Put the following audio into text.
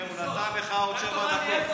הינה, הוא נתן לך עוד שבע דקות.